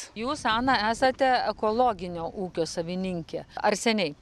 jus ana esate ekologinio ūkio savininkė ar seniai